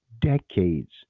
decades